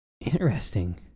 Interesting